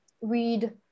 read